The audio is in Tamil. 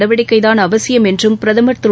நடவடிக்கைத்தான் அவசியம் என்றும் பிரதமர் திரு